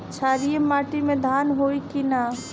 क्षारिय माटी में धान होई की न?